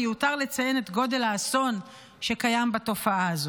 מיותר לציין את גודל האסון שקיים בתופעה הזאת.